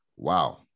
Wow